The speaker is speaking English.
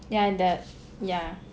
yeah the yeah